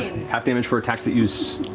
half damage for attacks that use?